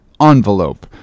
envelope